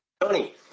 Tony